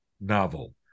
novel